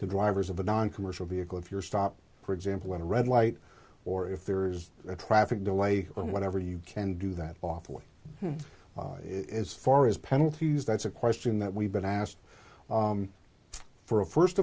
to drivers of a noncommercial vehicle if you're stopped for example at a red light or if there is a traffic delay or whatever you can do that lawfully it's far as penalties that's a question that we've been asked for a first